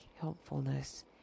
helpfulness